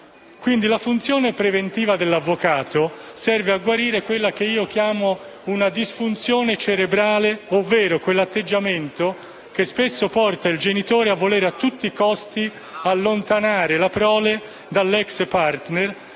La funzione preventiva dell'avvocato serve a guarire quella che io chiamo una disfunzione cerebrale, ovvero quell'atteggiamento che spesso porta il genitore a volere a tutti i costi allontanare la prole dall'ex *partner*